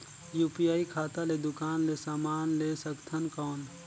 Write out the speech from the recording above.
UPI खाता ले दुकान ले समान ले सकथन कौन?